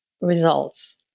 results